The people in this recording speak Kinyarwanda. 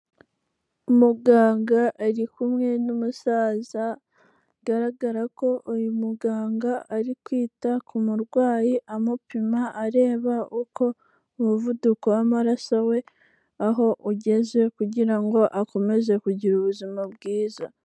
Umuganga ari kumwe n'umusaza, bigaragara ko uyu muganga ari kwita ku murwayi amupima areba uko umuvuduko w'amaraso we aho ugeze kugira ngo akomeze kugira ubuzima bwiza.